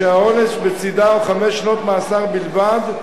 שהעונש בצדה הוא חמש שנות מאסר בלבד,